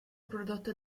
prodotto